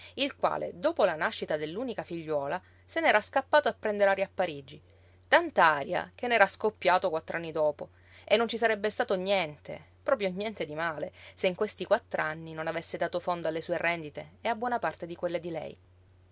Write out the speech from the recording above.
il quale dopo la nascita dell'unica figliuola se n'era scappato a prender aria a parigi tant'aria che n'era scoppiato quattr'anni dopo e non ci sarebbe stato niente proprio niente di male se in questi quattr'anni non avesse dato fondo alle sue rendite e a buona parte di quelle di lei